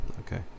Okay